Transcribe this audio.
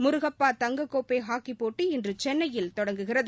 முருகப்பா தங்க கோப்பை ஹாக்கிப் போட்டி இன்று சென்னையில் தொடங்குகிறது